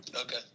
Okay